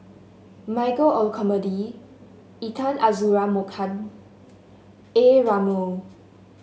Michael Olcomendy Intan Azura Mokhtar A Ramli